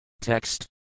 Text